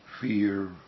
fear